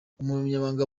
umunyamabanga